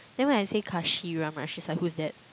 then when I say Kasheeram right she's like who's that